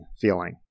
feeling